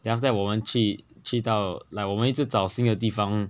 then after that 我们去去到 like 我们一直找新的地方